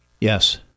Yes